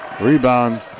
rebound